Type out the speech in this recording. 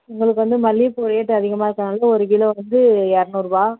உங்களுக்கு வந்து மல்லிகைப்பூ ரேட் அதிகமாக இருக்கிறதுனால தான் ஒரு கிலோ வந்து இரநூறுவா